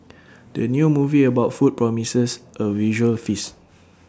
the new movie about food promises A visual feast